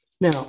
Now